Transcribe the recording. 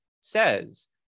says